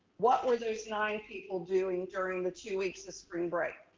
what were those nine people doing during the two weeks of spring break?